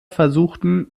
versuchten